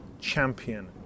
champion